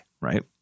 right